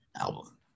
album